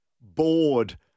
bored